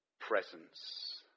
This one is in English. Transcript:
presence